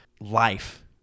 Life